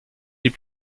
les